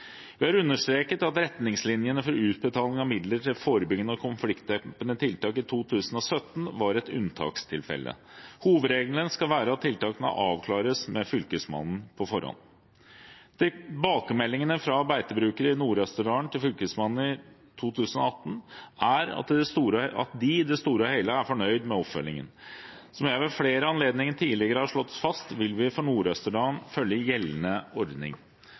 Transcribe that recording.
understreket at retningslinjene for utbetaling av midler til forebyggende og konfliktdempende tiltak i 2017 var et unntakstilfelle. Hovedregelen skal være at tiltak må avklares med Fylkesmannen på forhånd. Tilbakemeldingene fra beitebrukere i Nord-Østerdal til Fylkesmannen i 2018 er at de i det store og hele er fornøyd med oppfølgingen. Som jeg ved flere anledninger tidligere har slått fast, vil vi for Nord-Østerdal følge gjeldende ordning.